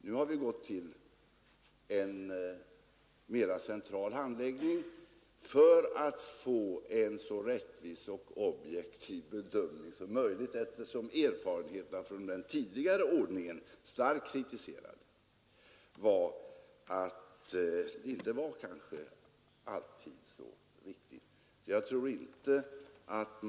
Nu har vi gått över till en mera central handläggning för att få en så rättvis och objektiv bedömning som möjligt, eftersom erfarenheterna från den tidigare ordningen — starkt kritiserad — var att den kanske inte alltid var så riktig.